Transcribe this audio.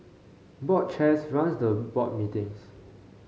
board chairs run the board meetings